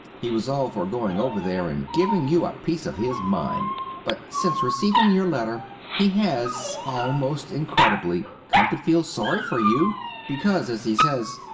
he was all for going over there and giving you a piece of his mind but since receiving your letter he has, almost incredibly, come to feel sorry for you because, as he says,